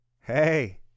Hey